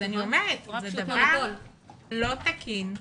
זה דבר לא תקין.